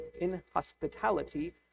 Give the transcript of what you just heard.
inhospitality